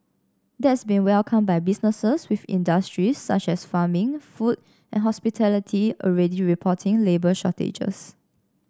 that's been welcomed by businesses with industries such as farming food and hospitality already reporting labour shortages